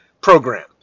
program